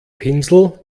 pinsel